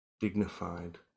Dignified